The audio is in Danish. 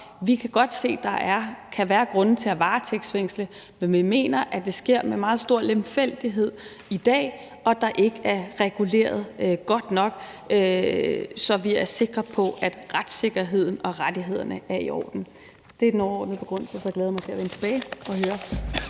Vi kan godt se, at der kan være grunde til at varetægtsfængsle, men vi mener, at det sker med meget stor lemfældighed i dag, og at der ikke er reguleret godt nok, så vi er sikre på, at retssikkerheden og rettighederne er i orden. Det er den overordnede begrundelse for forslaget, og jeg glæder mig til at vende tilbage og til